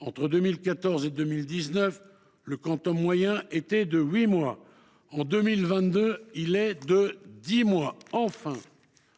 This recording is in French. entre 2014 et 2019, le quantum moyen était de huit mois. En 2022, il était de dix mois. Enfin,